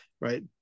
right